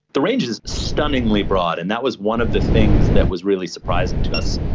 the range is stunningly broad and that was one of the things that was really surprising to us.